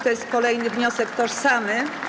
To jest kolejny wniosek tożsamy.